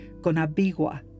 CONABIGUA